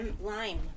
lime